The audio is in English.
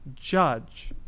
judge